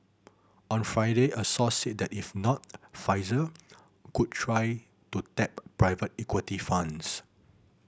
on Friday a source said that if not Pfizer could try to tap private equity funds